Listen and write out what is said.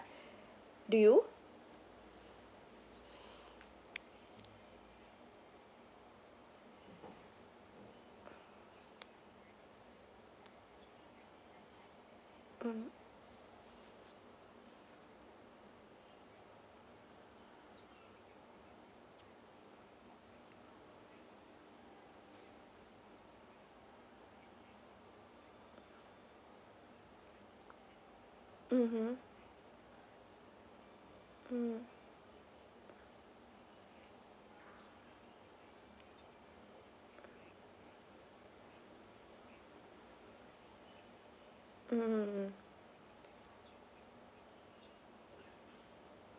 do you mm mmhmm mm mm mm mm